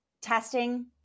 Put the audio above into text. Testing